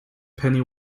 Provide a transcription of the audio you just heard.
penny